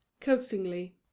Coaxingly